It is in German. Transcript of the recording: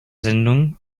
sendung